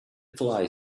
fly